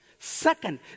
Second